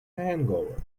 hangover